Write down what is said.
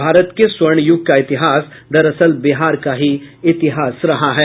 भारत के स्वर्ण युग का इतिहास दरअसल बिहार का ही इतिहास रहा है